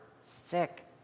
sick